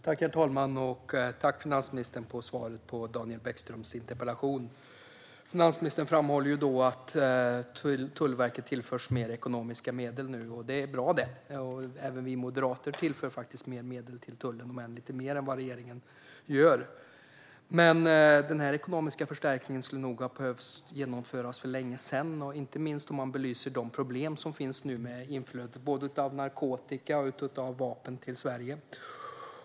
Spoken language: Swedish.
Herr talman! Jag vill tacka finansministern för svaret på Daniel Bäckströms interpellation. Finansministern framhåller att Tullverket tillförs mer ekonomiska medel nu. Det är bra. Även vi moderater tillför mer medel till tullen i vårt budgetförslag, till och med mer än regeringen gör. Men den ekonomiska förstärkningen skulle nog ha behövts för länge sedan, inte minst i ljuset av de problem som nu finns med inflöde av både narkotika och vapen till Sverige.